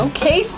Okay